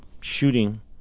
shooting